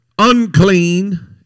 Unclean